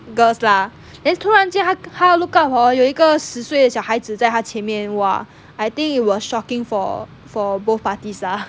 girls lah then 突然间他他 look up hor 有一个十岁的小孩子在他前面 !wah! I think it was shocking for for both parties lah